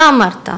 אתה אמרת: